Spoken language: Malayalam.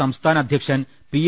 പി സംസ്ഥാന അധ്യക്ഷൻ പി